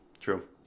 true